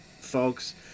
folks